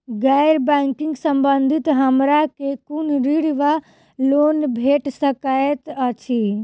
गैर बैंकिंग संबंधित हमरा केँ कुन ऋण वा लोन भेट सकैत अछि?